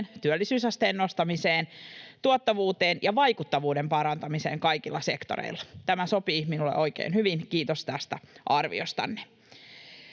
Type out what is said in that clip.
työllisyysasteen nostamiseen, tuottavuuteen ja vaikuttavuuden parantamiseen kaikilla sektoreilla. Tämä sopii minulle oikein hyvin — kiitos tästä arviostanne.